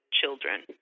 children